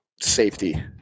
Safety